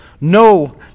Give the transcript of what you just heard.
no